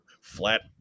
Flat